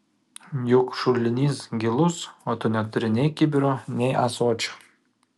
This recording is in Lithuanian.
juk šulinys gilus o tu neturi nei kibiro nei ąsočio